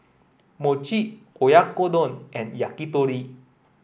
Mochi Oyakodon and Yakitori